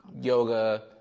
Yoga